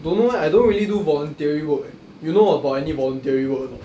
don't know eh I don't really do voluntary work eh you know about any voluntary work or not